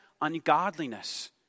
ungodliness